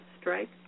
strike